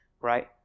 right